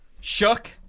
shook